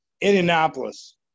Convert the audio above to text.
Indianapolis